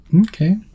Okay